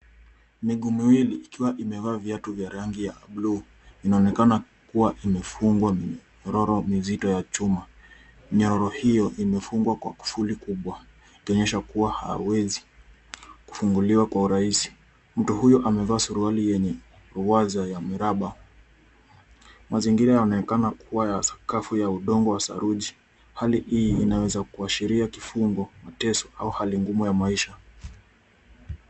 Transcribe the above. Miguu miwili ikiwa imevaa viatu vya rangi ya bluu, inaonekana kuwa imefungwa nyororo mizito ya chuma. Nyororo hiyo imefungwa kwa kufuli kubwa kuonyesha kuwa hawezi kufunguliwa kwa urahisi. Mtu huyo amevaa suruali yenye ruwaza ya miraba. Mazingira yanaonekana kuwa ya sakafu ya udongo wa saruji. Hali ii inaweza kuashiria kifungo, mateso au hali ngumu ya maisha.